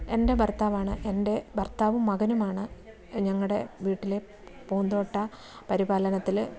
എൻ്റെ ഭർത്താവാണ് എൻ്റെ ഭർത്താവും മകനുമാണ് ഞങ്ങളുടെ വീട്ടിലെ പൂന്തോട്ട പരിപാലനത്തിൽ